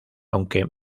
aunque